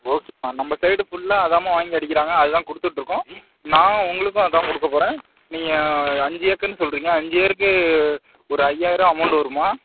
okay அம்மா நம்ப side ஃபுல்லாக அதான்மா வாங்கி அடிக்கிறாங்க அது தான் கொடுத்துட்ருக்கோம் நானும் உங்களுக்கும் அதான் கொடுக்கப் போகறேன் நீங்கள் அஞ்சு ஏக்கர்ன்னு சொல்லுறீங்க அஞ்சு ஏக்ருக்கு ஒரு ஐயாயிரூவா அமௌண்டு வரும் அம்மா